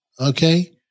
okay